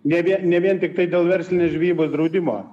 ne vien ne vien tiktai dėl verslinės žvejybos draudimo